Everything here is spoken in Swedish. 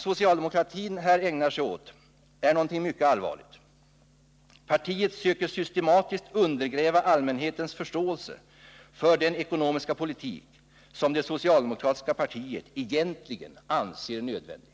socialdemokraterna här ägnar sig åt är någonting mycket allvarligt — partiet försöker systematiskt undergräva allmänhetens förståelse för den ekonomiska politik som det socialdemokratiska partiet egentligen anser nödvändig.